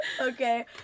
Okay